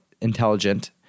intelligent